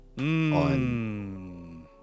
on